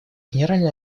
генеральной